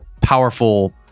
powerful